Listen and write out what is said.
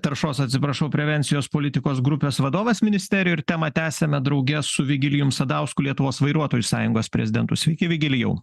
taršos atsiprašau prevencijos politikos grupės vadovas ministerijoj ir temą tęsiame drauge su vigilijum sadausku lietuvos vairuotojų sąjungos prezidentu sveiki vigilijau